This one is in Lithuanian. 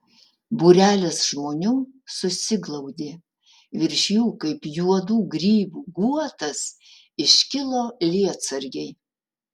būrelis žmonių susiglaudė virš jų kaip juodų grybų guotas iškilo lietsargiai